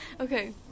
Okay